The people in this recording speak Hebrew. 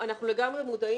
אנחנו לגמרי מודעים,